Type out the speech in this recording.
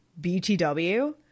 BTW